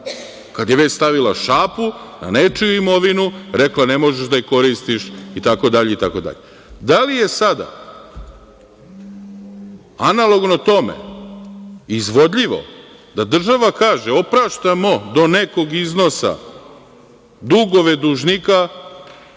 kada je već stavila šapu na nečiju imovinu rekla - ne možeš da je koristiš itd. itd. Da li je sada analogno tome izvodljivo da država kaže – opraštamo do nekog iznos dugove dužnika